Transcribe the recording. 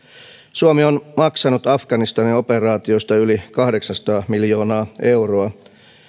suomi on maksanut afganistanin operaatioista yli kahdeksansataa miljoonaa euroa